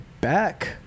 back